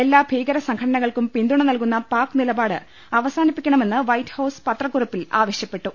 എല്ലാ ഭീകരസംഘട നകൾക്കും പിന്തുണ്ടനിൽകുന്ന പാക് നിലപാട് അവസാനിപ്പിക്കണമെന്ന് വൈറ്റ് ഹൌസ് പത്രക്കുറിപ്പിൽ ആവശ്യപ്പെട്ടു